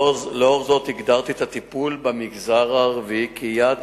לאור זאת הגדרתי את הטיפול במגזר הערבי כיעד